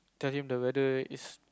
telling the weather is